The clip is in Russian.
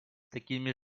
такими